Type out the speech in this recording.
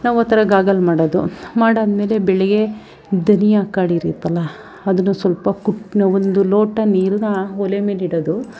ನಾವು ಆ ಥರ ಗಾಗಲ್ ಮಾಡೋದು ಮಾಡಾದ್ಮೇಲೆ ಬೆಳಗ್ಗೆ ಧನಿಯಾ ಕಾಳಿರುತ್ತಲ್ಲ ಅದನ್ನು ಸ್ವಲ್ಪ ಕುಟ್ಟಿ ನಾವೊಂದು ಲೋಟ ನೀರನ್ನು ಒಲೆ ಮೇಲಿಡೋದು